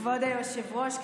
כבוד היושב-ראש,